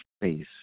space